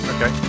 Okay